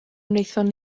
wnaethon